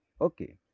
Okay